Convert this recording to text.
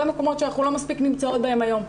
מקומות שאנחנו לא מספיק נמצאות בהם היום,